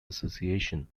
association